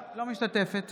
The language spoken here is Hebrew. אינה משתתפת